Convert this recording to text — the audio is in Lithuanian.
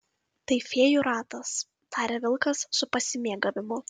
tai fėjų ratas taria vilkas su pasimėgavimu